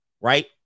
right